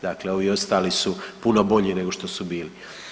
Dakle ovi ostali su puno bolji nego što su bili.